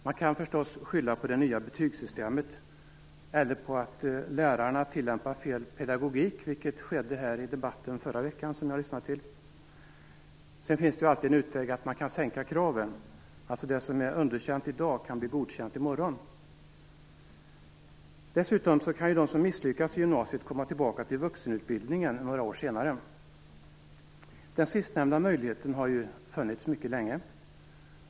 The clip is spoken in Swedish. Man kan förstås skylla på det nya betygssystemet eller på att lärarna tillämpar fel pedagogik, vilket skedde här i debatten under förra veckan som jag lyssnade till. Sedan finns ju alltid utvägen att sänka kraven, dvs. att det som är underkänt i dag kan bli godkänt i morgon. Dessutom kan ju de som misslyckas i gymnasiet komma tillbaka till vuxenutbildningen några år senare. Den sistnämnda möjligheten har funnits mycket länge.